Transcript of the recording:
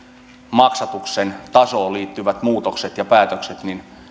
maksatuksen tasoon liittyvät muutokset ja päätökset